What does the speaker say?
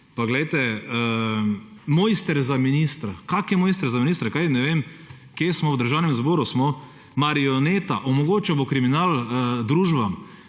Poglejte, mojster za ministra, kakšen mojster za ministra, ne vem kje smo? V državnem zboru smo. Marioneta, omogočal bo kriminal družbam.